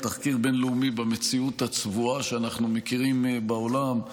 כשמדברים על תחקיר בין-לאומי במציאות הצבועה שאנחנו מכירים בעולם,